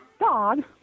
dog